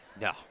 No